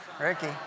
Ricky